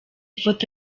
foto